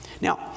Now